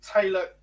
Taylor